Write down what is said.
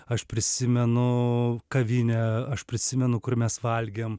aš prisimenu kavinę aš prisimenu kur mes valgėm